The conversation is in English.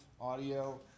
audio